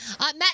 Matt